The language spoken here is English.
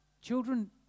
children